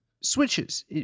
switches